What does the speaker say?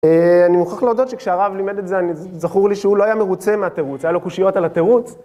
אני מוכרח להודות שכשהרב לימד את זה, זכור לי שהוא לא היה מרוצה מהתירוץ, היה לו קושיות על התירוץ.